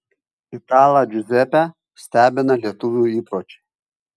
italą džiuzepę stebina lietuvių įpročiai